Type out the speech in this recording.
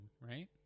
Right